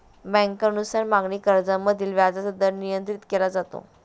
बँकांनुसार मागणी कर्जामधील व्याजाचा दर नियंत्रित केला जातो